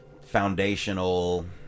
foundational